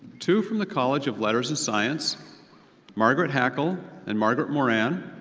two from the college of letters and science margaret hackl and margaret moran.